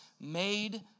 made